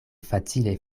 facile